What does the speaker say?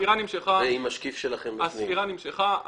ספירה נמשכה.